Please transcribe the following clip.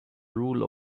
rule